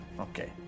Okay